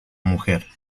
mujer